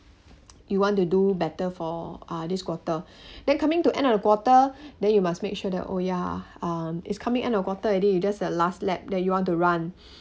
you want to do better for uh this quarter then coming to end of quarter then you must make sure that oh ya um is coming end of quarter already you just at the last lap that you want to run